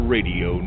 Radio